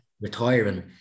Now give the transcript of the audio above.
retiring